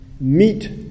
meet